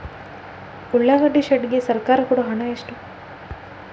ಉಳ್ಳಾಗಡ್ಡಿ ಶೆಡ್ ಗೆ ಸರ್ಕಾರ ಕೊಡು ಹಣ ಎಷ್ಟು?